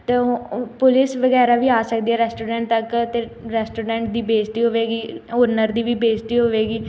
ਅਤੇ ਉਹ ਉ ਪੁਲਿਸ ਵਗੈਰਾ ਵੀ ਆ ਸਕਦੀ ਹੈ ਰੈਸਟੋਰੈਂਟ ਤੱਕ ਅਤੇ ਰੈਸਟੋਰੈਂਟ ਦੀ ਬੇਇੱਜ਼ਤੀ ਹੋਵੇਗੀ ਓਨਰ ਦੀ ਵੀ ਬੇਇੱਜ਼ਤੀ ਹੋਵੇਗੀ